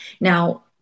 Now